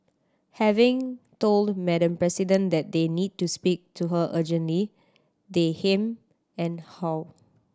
having told Madam President that they need to speak to her urgently they hem and haw